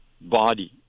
body